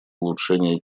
улучшение